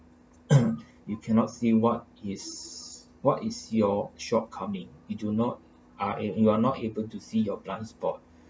you cannot see what is what is your shortcoming you do not ah eh you are not able to see your blind spot